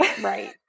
Right